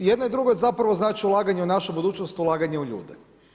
I jedno i drugo zapravo znači ulaganje u našu budućnost, ulaganje u ljude.